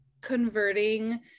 converting